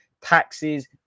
Taxes